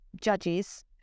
judges